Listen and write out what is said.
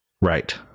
Right